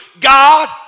God